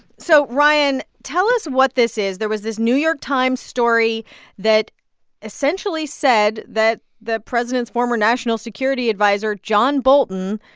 so, ryan, tell us what this is. there was this new york times story that essentially said that the president's former national security adviser, john bolton,